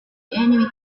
enemy